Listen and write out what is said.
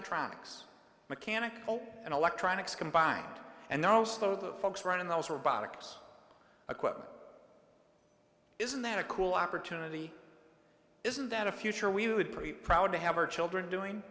cs mechanical and electronics combined and they're also the folks running the robotics equipment isn't that a cool opportunity isn't that a future we would pretty proud to have our children doing